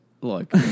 Look